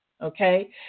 okay